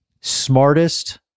smartest